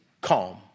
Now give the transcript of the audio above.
calm